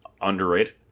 Underrated